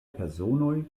personoj